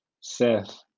Seth